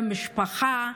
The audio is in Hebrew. למשפחה,